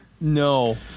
no